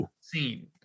scene